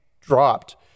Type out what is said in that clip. dropped